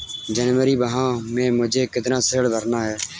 जनवरी माह में मुझे कितना ऋण भरना है?